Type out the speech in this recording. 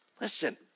listen